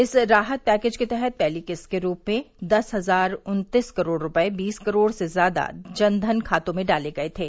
इस राहत पैकेज के तहत पहली किस्त के रूप में दस हजार उन्तीस करोड़ रूपए बीस करोड़ से ज्यादा जन धन खातों में डाले गए थे